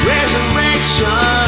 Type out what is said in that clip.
Resurrection